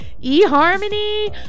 E-Harmony